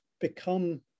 become